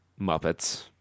muppets